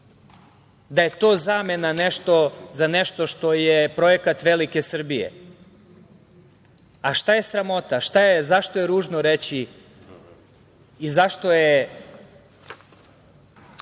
da je to zamena za nešto što je projekat velike Srbije, a šta je sramota, zašto je ružno reći i zašto je